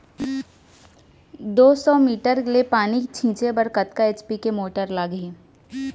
दो सौ मीटर ले पानी छिंचे बर कतका एच.पी के मोटर लागही?